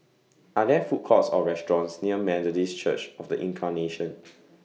Are There Food Courts Or restaurants near Methodist Church of The Incarnation